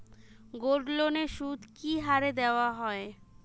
গোল্ডলোনের সুদ কি হারে দেওয়া হয়?